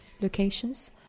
locations